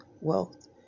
wealth